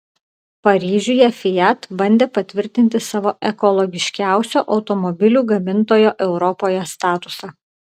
paryžiuje fiat bandė patvirtinti savo ekologiškiausio automobilių gamintojo europoje statusą